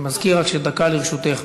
אני מזכיר לך שיש דקה לרשותך.